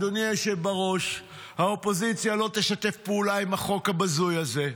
אדוני היושב-ראש: האופוזיציה לא תשתף פעולה עם החוק הבזוי הזה.